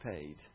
paid